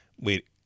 Wait